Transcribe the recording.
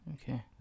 okay